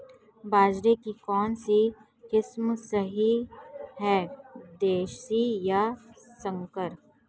बाजरे की कौनसी किस्म सही हैं देशी या संकर?